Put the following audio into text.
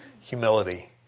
humility